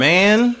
Man